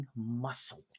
muscle